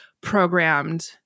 programmed